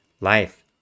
life